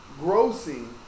grossing